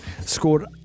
scored